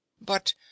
But